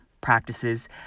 practices